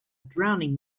drowning